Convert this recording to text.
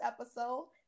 episode